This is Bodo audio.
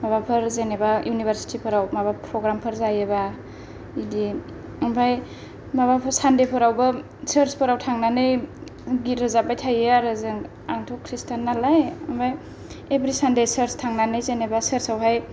माबाफोर जेनेबा इउनिभारसिटीफोराव प्रग्रामफोर जाबा इदि आमफ्राय माबाफोर सानदेफोरावबो सार्चफोराव थांनानै गिथ रोजाबबाय थायो आरो जों आंथ' क्रिस्टान नालाय ओमफ्राय इब्रि सानदे सार्च थांनानै जेनेबा सार्च आवहाय